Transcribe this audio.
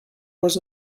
was